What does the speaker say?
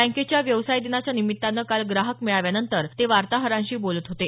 बँकेच्या व्यवसाय दिनाच्या निमित्तानं काल ग्राहक मेळाव्यानंतर ते वार्ताहरांशी बोलत होते